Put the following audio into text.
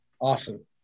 Awesome